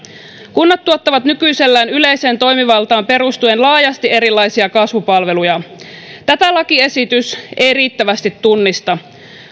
kunnat tuottavat nykyisellään yleiseen toimivaltaan perustuen laajasti erilaisia kasvupalveluja tätä lakiesitys ei riittävästi tunnista